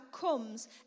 comes